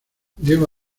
diego